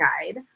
guide